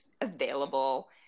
available